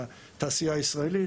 מהתעשייה הישראלית.